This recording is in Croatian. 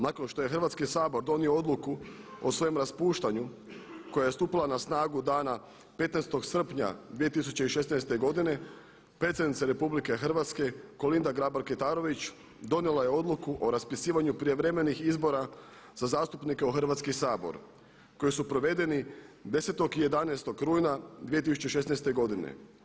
Nakon što je Hrvatski sabor donio odluku o svom raspuštanju koja je stupila na snagu dana 15. srpnja 2016. godine, predsjednica RH Kolinda Grabar Kitarović donijela je odliku o raspisivanju prijevremenih izbora za zastupnike u Hrvatski sabor koji su provedeni 11. rujna 2016. godine.